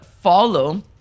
follow